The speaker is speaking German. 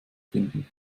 finden